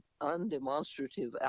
undemonstrative